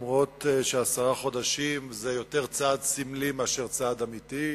גם אם עשרה חודשים זה צעד יותר סמלי מצעד אמיתי,